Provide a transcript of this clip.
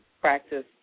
practice